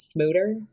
Smooter